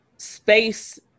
space